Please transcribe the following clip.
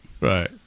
right